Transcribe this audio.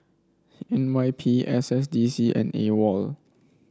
N Y P S S D C and AWOL